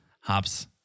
hops